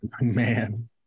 man